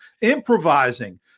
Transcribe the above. improvising